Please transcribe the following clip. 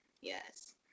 Yes